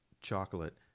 chocolate